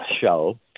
show